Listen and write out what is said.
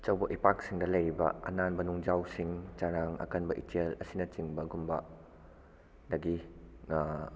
ꯑꯆꯧꯕ ꯏꯄꯥꯛꯁꯤꯡꯗ ꯂꯩꯔꯤꯕ ꯑꯅꯥꯟꯕ ꯅꯨꯡꯖꯥꯎꯁꯤꯡ ꯆꯔꯥꯡ ꯑꯀꯟꯕ ꯏꯆꯦꯜ ꯑꯁꯤꯅꯆꯤꯡꯕꯒꯨꯝꯕꯗꯒꯤ